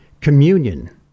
communion